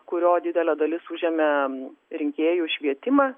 kurio didelė dalis užėmė rinkėjų švietimą